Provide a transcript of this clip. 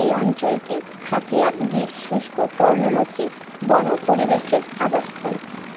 এই অঞ্চলটি খাথিয়ার গির শুষ্ক পর্ণমোচী বন পরিবেশের আবাসস্থল